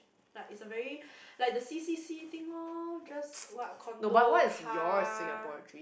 like it's a very like the C C C thing orh just what condo car